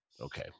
Okay